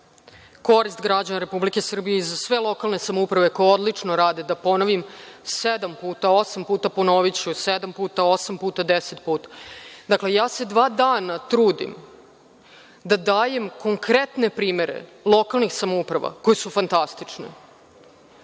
korist građana Republike Srbije i za sve lokalne samouprave, koje odlično rade, da ponovim sedam puta, osam puta, ponoviću sedam puta, osam puta, deset puta. Dakle, dva dana se trudim da dajem konkretne primere lokalnih samouprava koje su fantastične